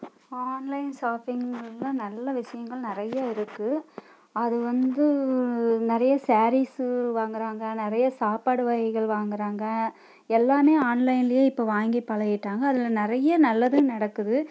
online ஷாப்பிங்கிறதில் நல்ல விஷயங்கள் நிறைய இருக்குது அது வந்து நிறைய சாரீஸ்ஸு வாங்கிறாங்க நிறைய சாப்பாடு வகைகள் வாங்கிறாங்க எல்லாமே ஆன்லைனிலேயே இப்போ வாங்கி பழகிட்டாங்க அதில் நிறைய நல்லதும் நடக்குது